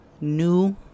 new